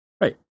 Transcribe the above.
Right